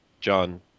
John